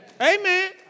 Amen